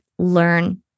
learn